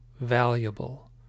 valuable